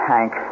Hank